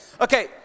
Okay